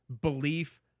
belief